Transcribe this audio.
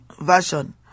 Version